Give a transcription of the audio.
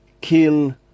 kill